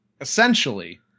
essentially